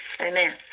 Amen